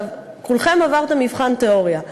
כולכם עברתם מבחן תיאוריה.